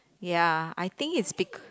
ya I think it's bec~